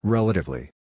Relatively